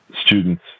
students